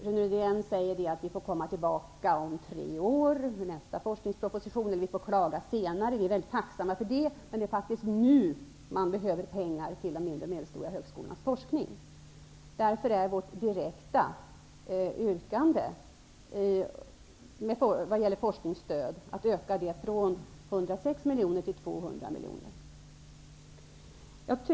Rune Rydén säger att vi får komma tillbaka med våra krav om tre år när nästa forskningsproposition skall läggas fram. Vi får klaga senare. Vi är väldigt tacksamma för det. Men det är faktiskt nu som det behövs pengar till forskningen vid de mindre och medelstora högskolorna. Därför är vårt direkta yrkande vad gäller forskningsstödet att öka det från 106 miljoner kronor till 200 miljoner kronor.